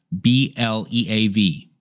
B-L-E-A-V